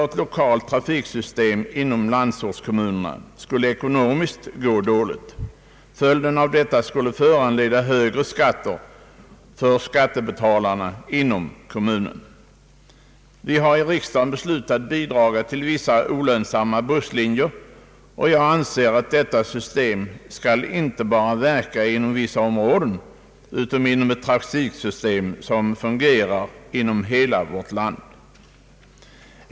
Ett lokalt trafiksystem inom landsortskommunerna skulle ur lönsamhetssynpunkt inte bära sig. Följden skulle bli högre skatter inom kommu nerna. Vi har i riksdagen beslutat att bidrag skall utgå till vissa olönsamma busslinjer. Jag anser att denna ordning skall gälla inte bara för vissa områden utan omfatta ett för hela landet gemensamt trafiksystem.